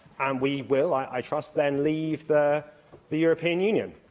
and we will, i trust, then leave the the european union.